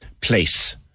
place